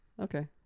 Okay